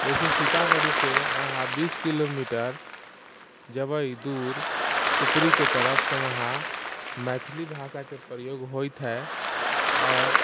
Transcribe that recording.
जइसे सीतामढ़ीसँ अहाँ बीस किलोमीटर जेबै दूर उत्तरीके तरफ तऽ वहाँ मैथिली भाषाके प्रयोग होइत हइ आओर